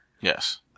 Yes